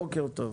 בוקר טוב.